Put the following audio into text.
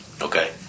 okay